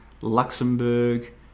Luxembourg